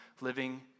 living